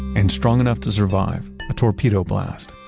and strong enough to survive a torpedo blast.